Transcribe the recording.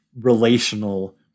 relational